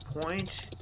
point